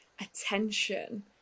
attention